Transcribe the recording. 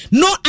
no